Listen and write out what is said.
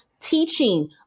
teaching